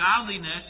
godliness